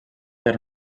del